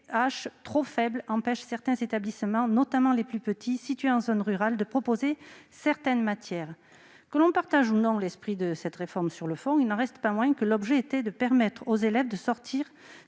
trop faibles empêchent certains établissements, notamment les plus petits, situés en zone rurale, de proposer certaines matières. Que l'on partage ou non l'esprit de cette réforme sur le fond, il n'en reste pas moins que son objet était de permettre aux élèves de sortir